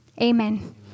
Amen